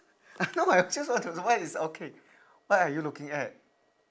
I know I just want to know what is okay what are you looking at